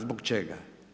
Zbog čega?